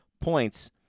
points